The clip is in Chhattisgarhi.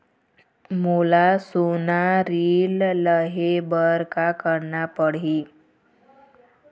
मोला सोना ऋण लहे बर का करना पड़ही?